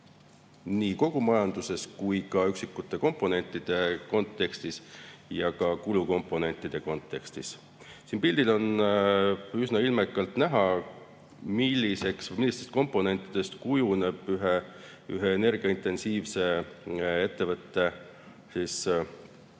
nii kogu majanduses kui ka üksikute komponentide kontekstis ja ka kulukomponentide kontekstis. (Näitab slaidi.) Siin pildil on üsna ilmekalt näha, millistest komponentidest kujuneb ühe energiaintensiivse ettevõtte